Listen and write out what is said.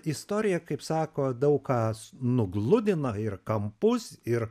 istorija kaip sako daug ką s nugludina ir kampus ir